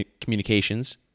communications